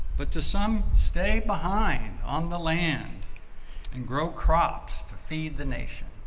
but to some, stay behind on the land and grow crops to feed the nation.